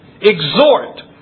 exhort